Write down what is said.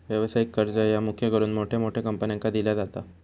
व्यवसायिक कर्ज ह्या मुख्य करून मोठ्या मोठ्या कंपन्यांका दिला जाता